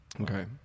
Okay